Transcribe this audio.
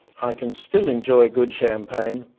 i can still enjoy good champagne,